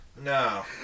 No